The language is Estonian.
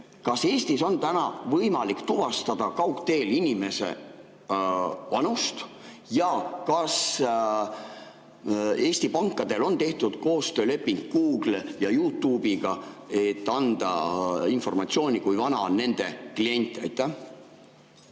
Kas Eestis on võimalik tuvastada kaugteel inimese vanust? Kas Eesti pankadel on tehtud koostööleping Google'i ja Youtube'iga, et antaks informatsiooni, kui vana on nende klient? Kõik,